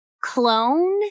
clone